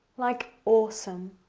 like, awesome.